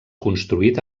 construït